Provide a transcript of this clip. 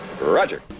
Roger